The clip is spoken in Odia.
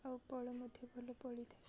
ଆଉ ଫଳ ମଧ୍ୟ ଭଲ ଫଳିଥାଏ